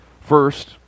first